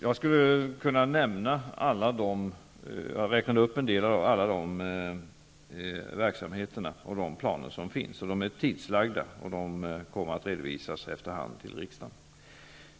Jag räknade upp en del av alla dessa verksamheter och de planer som finns. De är tidsbestämda, och de kommer efter hand att redovisas för riksdagen.